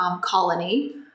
colony